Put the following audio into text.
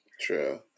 True